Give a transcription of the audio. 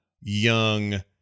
young